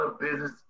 business